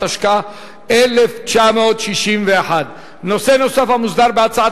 התשכ"א 1961. נושא נוסף המוסדר בהצעת